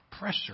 pressure